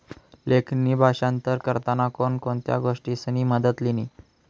लेखणी भाषांतर करताना कोण कोणत्या गोष्टीसनी मदत लिनी